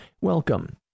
welcome